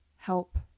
help